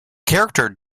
character